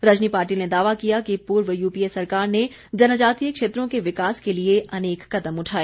रजनी पाटिल ने दावा किया कि पूर्व यूपीए सरकार ने जनजातीय क्षेत्रों के विकास के लिए अनेक कदम उठाए